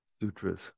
sutras